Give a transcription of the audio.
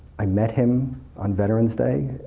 i met him on veterans day,